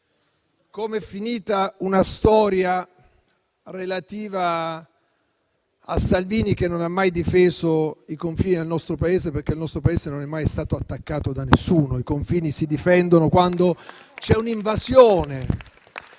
come è finita una storia relativa a Salvini, che non ha mai difeso i confini del nostro Paese, perché il nostro Paese non è mai stato attaccato da nessuno: i confini si difendono quando c'è un'invasione.